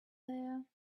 there